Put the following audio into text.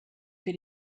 für